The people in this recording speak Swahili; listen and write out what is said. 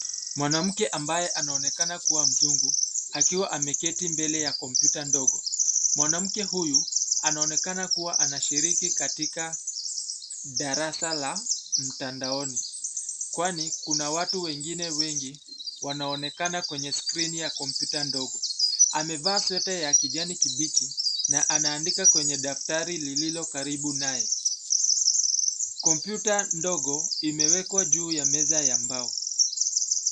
Mwanamke ambaye anaonekana kua mzungu akiwa ameketi mbele ya kompyuta ndogo. Mwanamke huyu anaonekana kua anashiriki katika darasa la mtandaoni kwani kuna watu wengine wengi wanaonekana kwenye skrini ya kompyuta ndogo. Amevaa sweta ya kijani kibichi na anaandika kwenye daftari lililo karibu naye. Kompyuta ndogo imewekwa juu ya meza ya mbao.